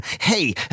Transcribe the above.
Hey